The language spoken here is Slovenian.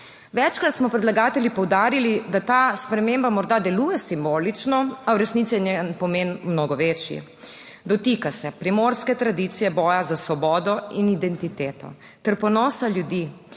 Večkrat smo predlagatelji poudarili, da ta sprememba morda deluje simbolično, a v resnici je njen pomen mnogo večji. Dotika se primorske tradicije boja za svobodo in identiteto ter ponosa ljudi,